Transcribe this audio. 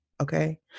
Okay